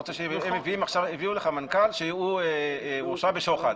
הביאו לך מנכ"ל שהורשע בשוחד,